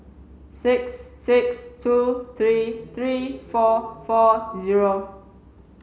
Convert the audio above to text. six six two three three four four zero